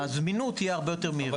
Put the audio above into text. הזמינות תהיה הרבה יותר מהירה.